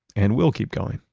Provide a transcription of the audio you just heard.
and we'll keep going,